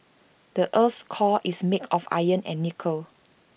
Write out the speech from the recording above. the Earth's core is made of iron and nickel